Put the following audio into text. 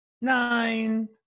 nine